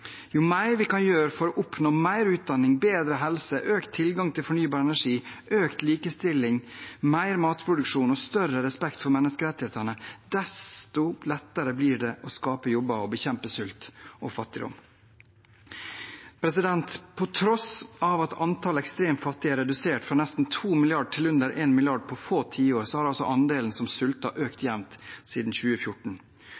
Jo mer vi kan gjøre for å oppnå mer utdanning, bedre helse, økt tilgang til fornybar energi, økt likestilling, mer matproduksjon og større respekt for menneskerettighetene, desto lettere blir det å skape jobber og bekjempe sult og fattigdom. På tross av at antallet ekstremt fattige er redusert fra nesten to milliarder til under én milliard på få tiår, har andelen som